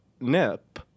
nip